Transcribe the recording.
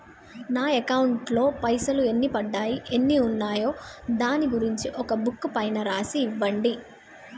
నా అకౌంట్ లో పైసలు ఎన్ని పడ్డాయి ఎన్ని ఉన్నాయో దాని గురించి ఒక బుక్కు పైన రాసి ఇవ్వండి?